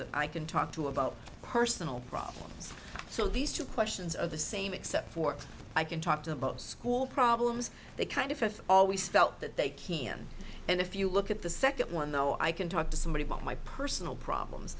that i can talk to about personal problems so these two questions of the same except for i can talk to them about school problems they kind of have always felt that they can and if you look at the second one though i can talk to somebody about my personal